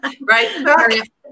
right